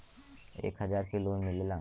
एक हजार के लोन मिलेला?